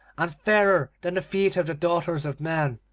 and fairer than the feet of the daughters of men.